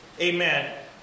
amen